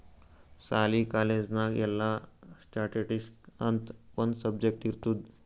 ಸಾಲಿ, ಕಾಲೇಜ್ ನಾಗ್ ಎಲ್ಲಾ ಸ್ಟ್ಯಾಟಿಸ್ಟಿಕ್ಸ್ ಅಂತ್ ಒಂದ್ ಸಬ್ಜೆಕ್ಟ್ ಇರ್ತುದ್